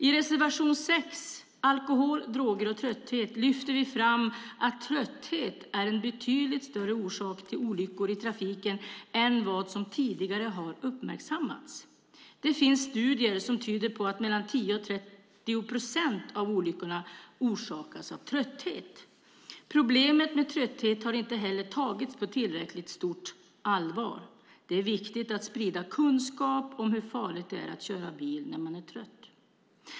I reservation 6 Alkohol, droger och trötthet lyfter vi fram att trötthet är en betydligt större orsak till olyckor i trafiken än vad som tidigare har uppmärksammats. Det finns studier som tyder på att mellan 10 och 30 procent av olyckorna orsakas av trötthet. Problemet med trötthet har inte heller tagits på tillräckligt stort allvar. Det är viktigt att sprida kunskap om hur farligt det är att köra bil när man är trött.